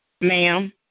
Ma'am